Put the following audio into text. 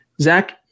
Zach